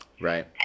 Right